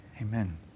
Amen